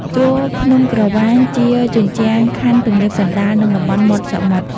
ជួរភ្នំក្រវាញ ជាជញ្ជាំងខ័ណ្ឌទំនាបកណ្តាល និងតំបន់មាត់សមុទ្រ ។